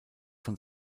von